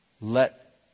let